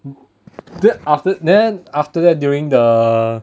then after then after that during the